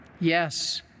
Yes